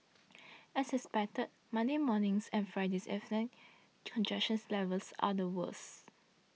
as expected Monday morning's and Friday's evening's congestions levels are the worse